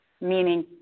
meaning